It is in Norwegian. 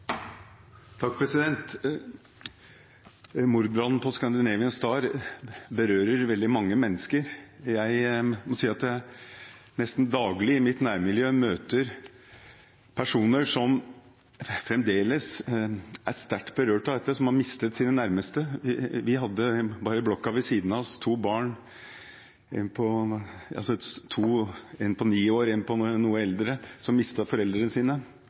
på «Scandinavian Star» berører veldig mange mennesker. I mitt nærmiljø møter jeg nesten daglig personer som fremdeles er sterkt berørt av dette, som mistet sine nærmeste. Vi hadde i blokka ved siden av to barn, én på ni år og én litt eldre, som mistet foreldrene sine. Det er klart at dette har satt sitt tunge preg på